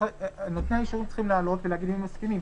נותני האישורים צריכים לעלות ולהגיד אם הם מסכימים,